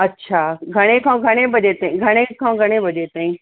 अछा घणे खां घणे बजे ताईं घणे खां घणे बजे ताईं